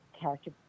character